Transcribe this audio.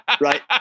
right